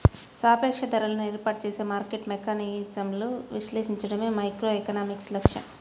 సాపేక్ష ధరలను ఏర్పాటు చేసే మార్కెట్ మెకానిజమ్లను విశ్లేషించడమే మైక్రోఎకనామిక్స్ లక్ష్యం